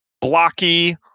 blocky